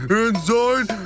inside